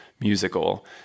musical